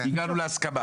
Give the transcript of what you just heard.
הגענו להסכמה.